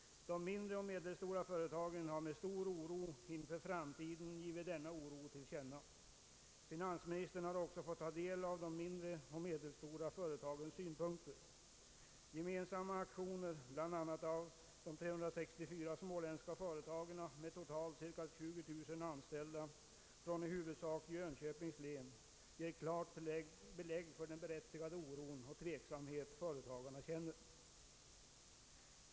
De mindre och medelstora företagen har givit till känna sin stora oro för framtiden. Finansministern har också fått del av deras synpunkter. Gemensamma aktioner, bl.a. den som gjorts av 364 företag med totalt cirka 20 000 anställda från i huvudsak Jönköpings län, ger klart uttryck för den berättigade oro och tveksamhet företagen känner.